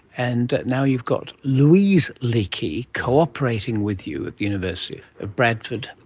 and now you've got louise leakey cooperating with you at the university of bradford.